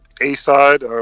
A-side